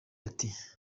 ati